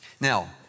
Now